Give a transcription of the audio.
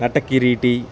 నటకిరీటీ